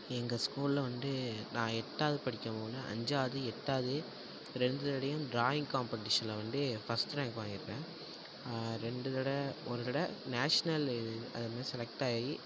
எங்கள் ஸ்கூலில் வந்து நான் எட்டாவது படிக்கும்போது அஞ்சாவது எட்டாவது ரெண்டு தடவையும் ட்ராயிங் காம்பட்டீஷனில் வந்து ஃபஸ்ட் ரேங்க் வாங்கியிருக்கேன் ரெண்டு தடவை ஒரு தடவை நேஷ்னல்லு அதில் வந்து செலக்ட்டாகி